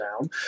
down